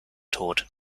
tod